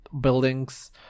buildings